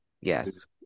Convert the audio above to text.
Yes